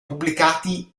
pubblicati